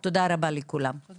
לקידום מעמד